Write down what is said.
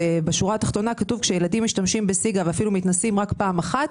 בשורה התחתונה כתוב שילדים משתמשים בסיגה ואפילו מתנסים רק פעם אחת,